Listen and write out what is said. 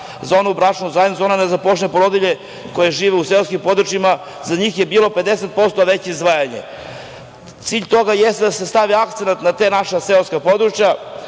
onu bračnu zajednicu, nezaposlene porodilje koje žive u seoskim područjima, za njih je bilo 50% veće izdvajanje. Cilj toga jeste da se stavi akcenat na ta naša seoska područja,